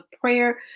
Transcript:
prayer